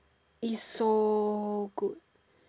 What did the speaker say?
is so good